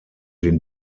den